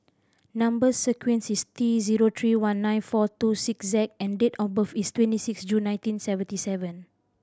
number sequence is T zero three one nine four two six Z and date of birth is twenty six June nineteen seventy seven